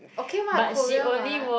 okay [what] Korea [what]